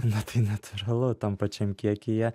na tai natūralu tam pačiam kiekyje